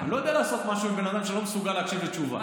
אני לא יודע לעשות משהו עם בן אדם שלא מסוגל להקשיב לתשובה.